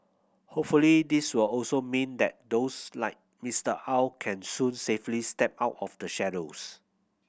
hopefully this will also mean that those like Mister Aw can soon safely step out of the shadows